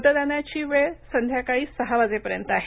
मतदानाची वेळ संध्याकाळी सहा वाजेपर्यंत आहे